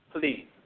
Please